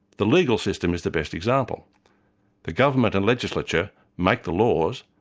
the legal system is the best example the government and legislature make the laws,